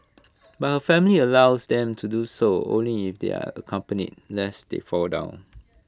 but her family allows them to do so only if they are accompanied lest they fall down